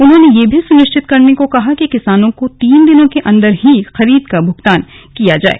उन्होंने ये भी सुनिश्चित करने को कहा कि किसानों को तीन दिनों के अन्दर ही खरीद का भुगतान किया जाए